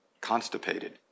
constipated